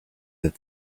that